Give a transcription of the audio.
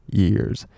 years